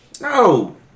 No